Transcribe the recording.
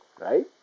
right